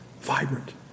vibrant